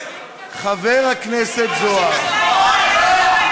חבר הכנסת זוהר, כל מה שכתוב